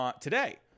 today